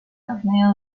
torneo